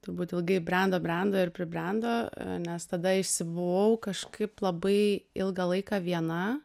turbūt ilgai brendo brendo ir pribrendo nes tada išsibuvau kažkaip labai ilgą laiką viena